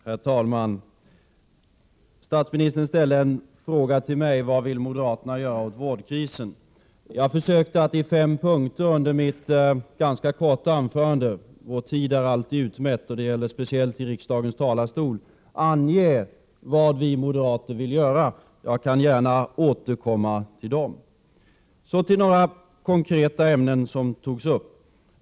Herr talman! Statsministern ställde en fråga till mig: Vad vill moderaterna göra för att lösa vårdkrisen? Jag försökte att i fem punkter under mitt ganska korta anförande — vår tid är alltid utmätt och det gäller speciellt i riksdagens talarstol — ange vad vi moderater vill åstadkomma. Jag kan återkomma till dem. Så till några konkreta ämnen som tagits upp.